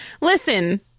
Listen